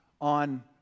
on